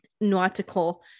nautical